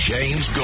James